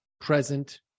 present